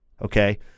Okay